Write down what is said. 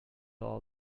all